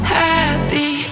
happy